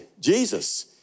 Jesus